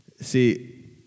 See